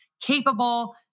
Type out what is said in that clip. capable